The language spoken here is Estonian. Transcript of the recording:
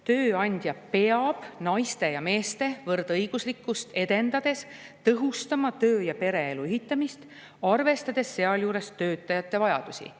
tööandja peab naiste ja meeste võrdõiguslikkust edendades tõhustama töö- ja pereelu ühitamist, arvestades sealjuures töötajate vajadusi.